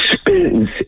spins